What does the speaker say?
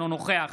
אינו נוכח